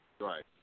Right